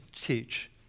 teach